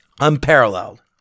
Unparalleled